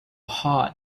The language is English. heart